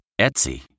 Etsy